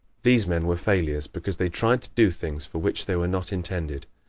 these men were failures because they tried to do things for which they were not intended.